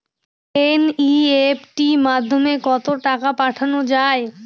NEFT মাধ্যমে কত টাকা পাঠানো যায়?